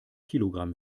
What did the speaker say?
kilogramm